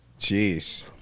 Jeez